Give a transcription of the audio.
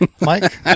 Mike